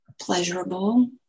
pleasurable